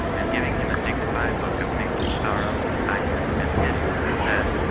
and giving him a dignified look of mingled sorrow, kindness, and pity, said,